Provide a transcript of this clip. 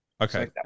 Okay